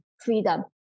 freedom